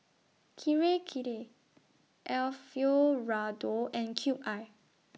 Kirei Kirei Alfio Raldo and Cube I